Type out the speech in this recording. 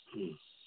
ꯎꯝ